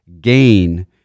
gain